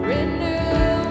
Renew